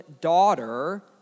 daughter